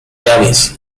llaves